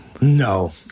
No